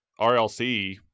RLC